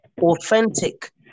authentic